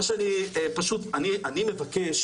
מה שאני פשוט מבקש